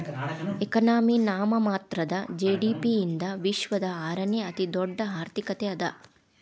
economy ನಾಮಮಾತ್ರದ GDP ಯಿಂದ ವಿಶ್ವದ ಆರನೇ ಅತಿದೊಡ್ಡ್ ಆರ್ಥಿಕತೆ ಅದ